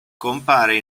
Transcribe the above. compare